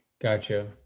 Gotcha